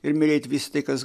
ir mylėt visa tai kas